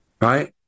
right